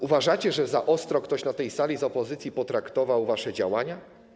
Uważacie, że za ostro ktoś na tej sali z opozycji potraktował wasze działania?